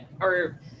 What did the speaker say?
or-